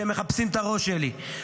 שהם מחפשים את הראש שלי.